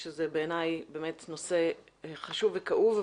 שבעיניי זה נושא חשוב וכאוב.